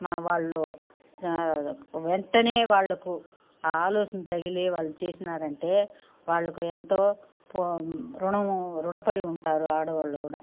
మగవాళ్ళు వెంటనే వాళ్లకు ఆ ఆలోచన తగిలి వాళ్ళు చేసినారంటే వాళ్లకు ఎంతో పు రుణము రుణపడి ఉంటారు ఆడవాళ్లు కూడా ఒక ఆశ ఉండదా అని